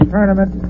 ...tournament